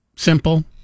Simple